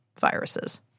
viruses